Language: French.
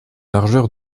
largeur